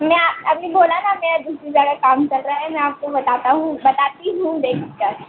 मैं अभी बोला न मेरा दूसरी जगह काम चल रहा है मैं आपको बताता हूँ बताती हूँ देख कर